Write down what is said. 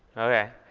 ok.